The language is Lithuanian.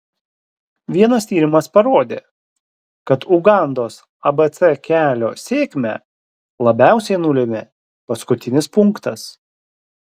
vienas tyrimas parodė kad ugandos abc kelio sėkmę labiausiai nulėmė paskutinis punktas